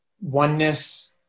oneness